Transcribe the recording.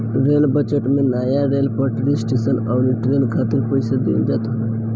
rail budget में नया rail पटरी, स्टेशन अउरी ट्रेन खातिर पईसा देहल जात हवे